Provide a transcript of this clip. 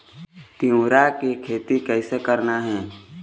तिऊरा के खेती कइसे करना हे?